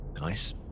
Nice